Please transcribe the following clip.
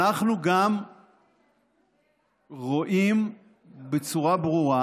אנחנו גם רואים בצורה ברורה,